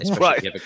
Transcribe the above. Right